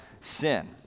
sin